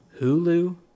Hulu